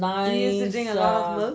you used to drink a lot of milk